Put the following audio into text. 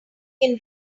can